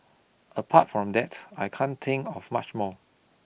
apart from that I can't think of much more